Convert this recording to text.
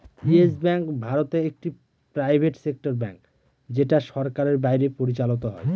yes bank ভারতে একটি private sector bank যেটা সরকারের বাইরে পরিচালত হয়